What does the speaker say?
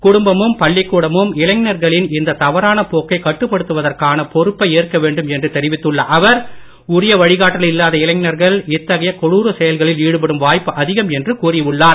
குடும்பமும் பள்ளிக் கூடமும் இளைஞர்களின் இந்த தவறான போக்கை கட்டுப்படுத்துவதற்கான பொறுப்பை ஏற்க வேண்டும் என்று தெரிவித்துள்ள அவர் உரிய வழிகாட்டுதல் இல்லாத இளைஞர்கள் இத்தகைய கொடுர செயல்களில் ஈடுபடும் வாய்ப்பு அதிகம் என்று கூறி உள்ளார்